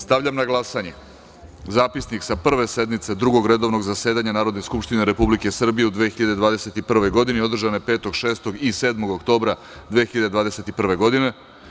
Stavljam na glasanje Zapisnik sa Prve sednice Drugog redovnog zasedanja Narodne skupštine Republike Srbije u 2021. godini, održane 5. juna i 7. oktobra 2021. godine.